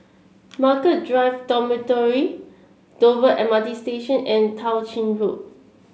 Margaret Drive Dormitory Dover M R T Station and Tao Ching Road